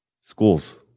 schools